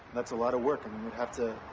that's a lot of work. and and we'd have to.